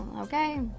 Okay